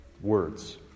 words